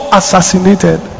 assassinated